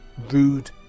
rude